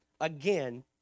again